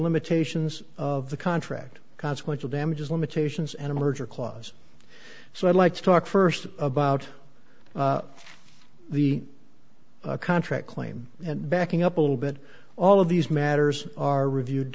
limitations of the contract consequential damages limitations and a merger clause so i'd like to talk first about the contract claim and backing up a little bit all of these matters are reviewed